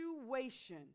situation